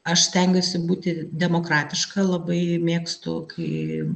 aš stengiuosi būti demokratiška labai mėgstu kai